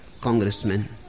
congressman